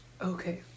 Okay